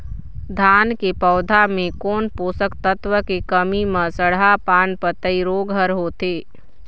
धान के पौधा मे कोन पोषक तत्व के कमी म सड़हा पान पतई रोग हर होथे?